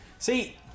See